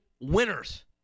winners